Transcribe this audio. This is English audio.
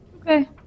Okay